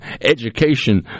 Education